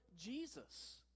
Jesus